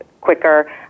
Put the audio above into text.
quicker